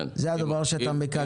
זה הדבר שאתה מקדם -- כן,